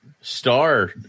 star